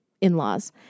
in-laws